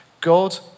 God